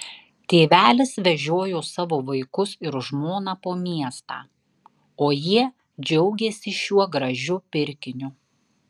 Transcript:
tėvelis vežiojo savo vaikus ir žmoną po miestą o jie džiaugėsi šiuo gražiu pirkiniu